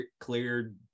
cleared